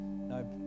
No